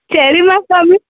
சரிம்மா